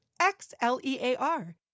X-L-E-A-R